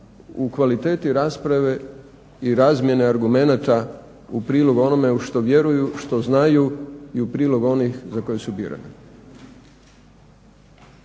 u kvaliteti rasprave i razmjene argumenata u prilog onome u što vjeruju, što znaju i u prilog onih za koje su birane.